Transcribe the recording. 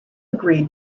agreed